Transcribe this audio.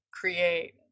create